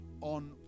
on